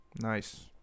nice